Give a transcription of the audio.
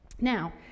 Now